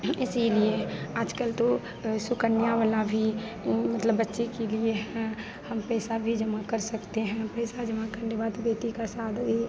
हं इसीलिए आज कल तो सुकन्या वाला भी ऊ मतलब बच्चे के लिए हैं हम पैसा भी जमा कर सकते हैं हम पैसा जमा करने के बाद बेटी की शादी